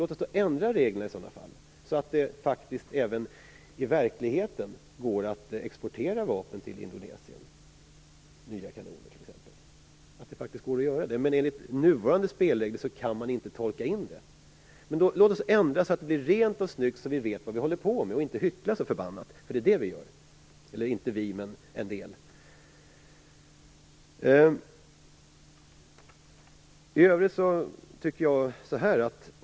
Låt oss ändra reglerna, så att det även i verkligheten går att exportera vapen till Indonesien, t.ex. nya kanoner. Enligt nuvarande spelregler kan man inte tolka in det. Men låt oss då ändra så att det blir rent och snyggt och vi vet vad vi håller på med, i stället för att hyckla så som en del gör.